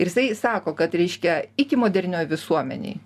ir jisai sako kad reiškia iki modernioj visuomenėj